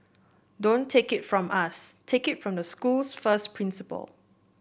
don't take it from us take it from the school's first principal